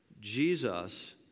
Jesus